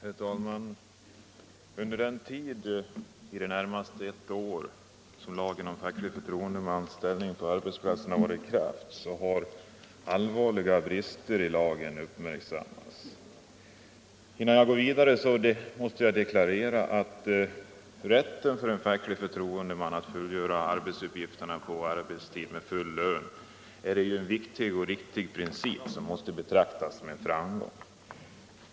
Herr talman! Under den tid — i det närmaste ett år — som lagen om facklig förtroendemans ställning på arbetsplatsen varit i kraft har allvarliga brister i lagen uppmärksammats. Jag bör kanske innan jag går vidare deklarera, att rätten för en facklig förtroendeman att fullgöra arbetsuppgifterna på arbetstid med full lön är en viktig och riktig princip, som måste betecknas som en framgång.